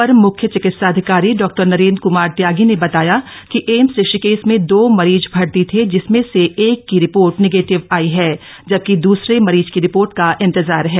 अपर मुख्य चिंकित्सा अधिकारी डॉक्टर नरेंद्र कमार त्यागी ने बताया कि एम्स ऋषिकेश में दो मरीज भर्ती थे जिसमें से एक की रिपोर्ट नेगेटिव आई है जबकि दूसरे मरीज की रिपोर्ट का इंतजार है